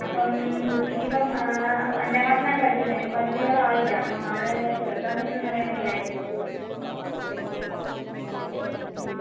അപ്പം കുട്ടിക്കിപ്പം അഞ്ചാം ക്ലാസിലാണ് പഠിക്കുന്നത് ഇപ്പം പകുതിയോളം ആയില്ലേ അപ്പം അവിടെ ചേര്ക്കാന് പറ്റുവോ എന്ന് അറിയാന് വേണ്ടിയായിരുന്നു മ്